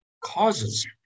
causes